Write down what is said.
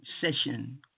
session